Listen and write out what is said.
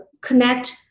connect